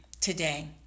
today